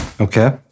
Okay